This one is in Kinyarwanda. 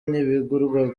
ntibigurwa